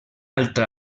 altra